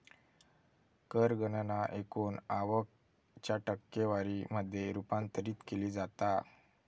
कर गणना एकूण आवक च्या टक्केवारी मध्ये रूपांतरित केली जाता